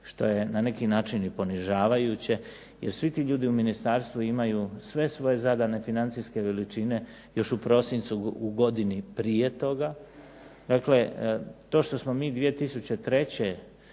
što je na neki način i ponižavajuće. Jer svi ti ljudi u ministarstvu imaju sve svoje zadane financijske veličine još u prosincu u godini prije toga. Dakle, to što smo mi 2003.